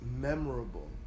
memorable